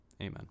Amen